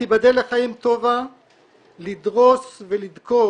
ותיבדל לחיים, טובה - לדרוס ולדקור.